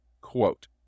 Quote